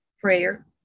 Prayer